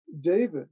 David